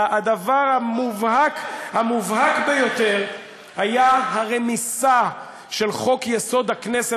הדבר המובהק ביותר היה הרמיסה של חוק-יסוד: הכנסת.